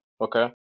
Okay